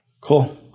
Cool